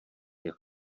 jak